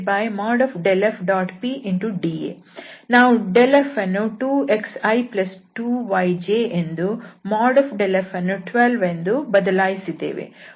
ನಾವು ∇f2xi2yj ಎಂದೂ ∇f12 ಎಂದೂ ಬದಲಾಯಿಸಿದ್ದೇವೆ